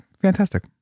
fantastic